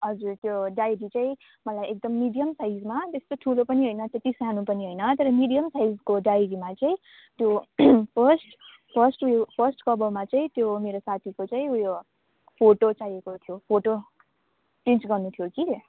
हजुर त्यो डायरी चाहिँ मलाई एकदम मिडियम साइजमा त्यस्तो ठुलो पनि होइन त्यति सानो पनि होइन तर मिडियम साइजको डायरीमा चाहिँ त्यो फर्स्ट फर्स्ट उयो फर्स्ट कभरमा चाहिँ त्यो मेरो साथीको चाहिँ उयो फोटो चाहिएको थियो फोटो प्रिन्ट गर्नु थियो कि